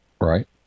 right